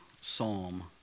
Psalm